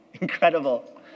incredible